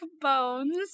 bones